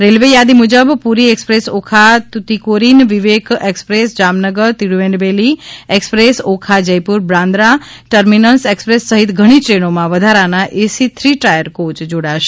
railway યાદી મુજબ Puri express Okha Tuticorin Vivek express Jamnagar Tirunelveli express Okha Jaipur Bandra terminus express સહિત ઘણી ટ્રેનોમાં વધારાનો એસી થ્રી ટાયર કોચ જોડાશે